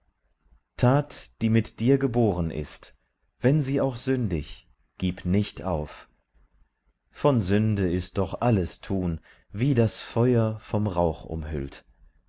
tat die mit dir geboren ist wenn sie auch sündig gib nicht auf von sünde ist doch alles tun wie das feuer vom rauch umhüllt